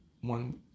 one